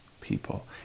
people